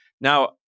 Now